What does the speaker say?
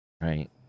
right